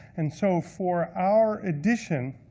and so, for our edition,